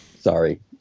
Sorry